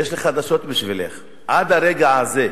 יש לי חדשות בשבילך, עד הרגע הזה,